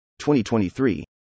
2023